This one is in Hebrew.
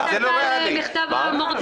חתמת על מכתב המורדים?